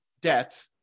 debt